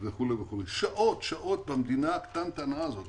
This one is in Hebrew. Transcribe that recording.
שעות במדינה הקטנטנה הזאת.